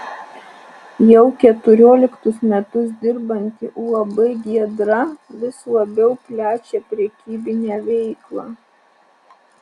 jau keturioliktus metus dirbanti uab giedra vis labiau plečia prekybinę veiklą